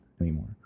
anymore